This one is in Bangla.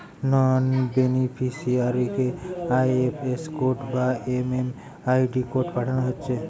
নন বেনিফিসিয়ারিকে আই.এফ.এস কোড বা এম.এম.আই.ডি কোড পাঠানা হচ্ছে